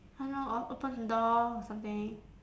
don't know or open the door or something